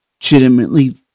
legitimately